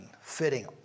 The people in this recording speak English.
fitting